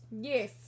Yes